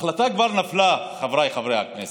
ההחלטה כבר נפלה, חבריי חברי הכנסת.